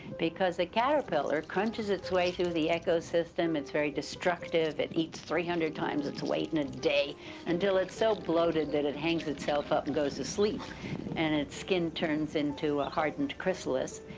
because the caterpillar crunches its way through the ecosystem, it's very destructive, it eats three hundred times of its weight in a day until it's so bloated that it hangs itself up and goes asleep and its skin turns into a hardened chrysalis.